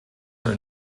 are